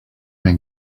been